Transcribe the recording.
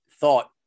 thought